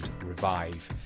revive